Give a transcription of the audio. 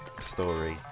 story